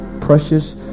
precious